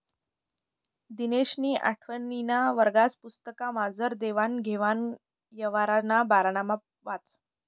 दिनेशनी आठवीना वर्गना पुस्तकमझार देवान घेवान यवहारना बारामा वाचं